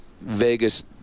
Vegas